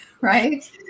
right